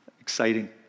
Exciting